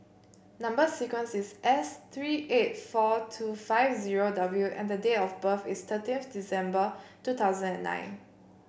number sequence is S three eight four two five zero W and date of birth is thirteenth December two thousand and nine